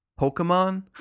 Pokemon